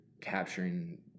capturing